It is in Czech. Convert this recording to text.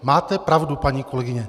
Máte pravdu, paní kolegyně.